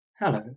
Hello